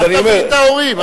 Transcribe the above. אל תביא את ההורים.